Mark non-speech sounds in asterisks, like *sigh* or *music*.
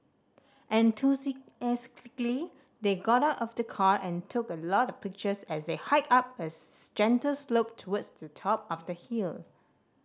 enthusiastically they got out of the car and took a lot of pictures as they hiked up a *unintelligible* gentle slope towards the top of the hill